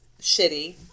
shitty